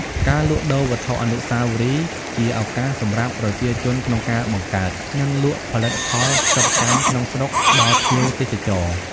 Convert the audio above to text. ការលក់ដូរវត្ថុអនុស្សាវរីយ៍ ជាឱកាសសម្រាប់ ប្រជាជនក្នុងការបង្កើត និងលក់ផលិតផលសិប្បកម្មក្នុងស្រុក ដល់ភ្ញៀវទេសចរ។